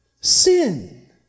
Sin